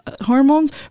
hormones